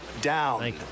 down